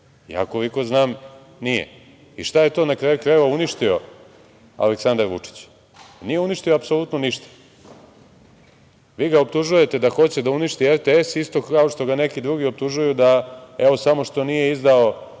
Koliko ja znam – nije. Šta je to na kraju krajeva uništio Aleksandar Vučić? Nije uništio apsolutno ništa. Vi ga optužujete da hoće da uništi RTS isto kao što ga neki drugi optužuju da, evo, samo što nije izdao